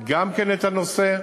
לבדוק את הנושא,